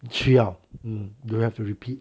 需要嗯 you have to repeat